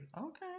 okay